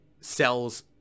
sells